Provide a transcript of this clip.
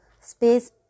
Space